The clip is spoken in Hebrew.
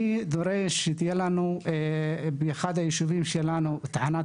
אני דורש שבאחד מהיישובים שלנו תהיה תחנת